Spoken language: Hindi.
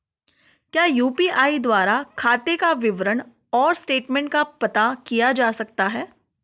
क्या यु.पी.आई द्वारा खाते का विवरण और स्टेटमेंट का पता किया जा सकता है?